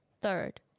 Third